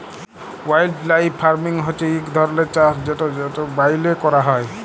wildlife farming হছে ইক ধরলের চাষ যেট ব্যইলে ক্যরা হ্যয়